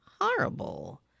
horrible